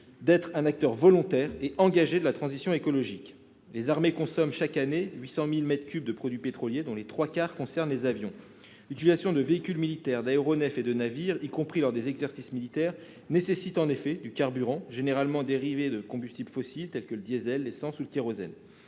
d'être un acteur volontaire et engagé de la transition écologique. Les armées consomment chaque année 800 000 mètres cubes de produits pétroliers, dont les trois quarts concernent les avions. L'utilisation de véhicules militaires, d'aéronefs et de navires, y compris lors des exercices militaires, nécessite en effet du carburant, généralement dérivé de combustibles fossiles tels que le diesel, l'essence ou le kérosène.